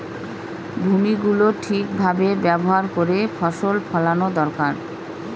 ভূমি গুলো ঠিক ভাবে ব্যবহার করে ফসল ফোলানো দরকার